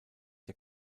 der